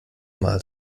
mal